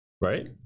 Right